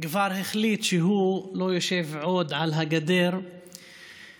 כבר החליט שהוא לא יושב עוד על הגדר ולא